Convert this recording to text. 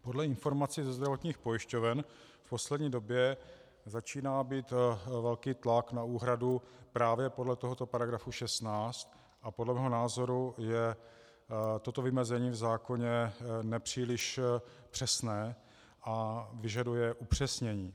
Podle informací ze zdravotních pojišťoven v poslední době začíná být velký tlak na úhradu právě podle tohoto § 16 a podle mého názoru je toto vymezení v zákoně nepříliš přesné a vyžaduje upřesnění.